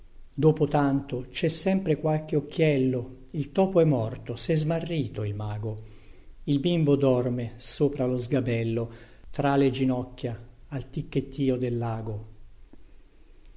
dopo tanto cè sempre qualche occhiello il topo è morto sè smarrito il mago il bimbo dorme sopra lo sgabello tra le ginocchia al ticchettio dellago